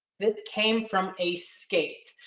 this came from a skate,